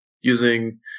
using